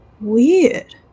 weird